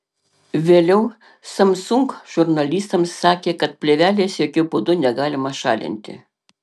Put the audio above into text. vėliau samsung žurnalistams sakė kad plėvelės jokiu būdu negalima šalinti